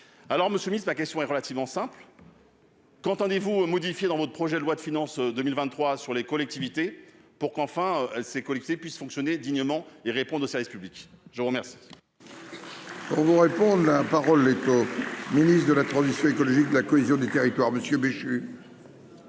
alors Monsieur Miss, la question est relativement simple. Qu'entendez-vous modifié dans votre projet de loi de finances 2023 sur les collectivités pour qu'enfin elle s'est lycée puisse fonctionner dignement et répondent au service public, je vous remercie. On nous répondent la parole les au ministre de la transition. écologique la cohésion des territoires Monsieur Béchu.